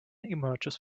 emerges